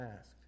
ask